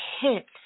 hit